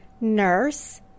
nurse